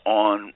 on